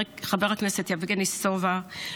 חבר הכנסת יבגני סובה,